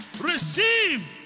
Receive